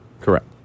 Correct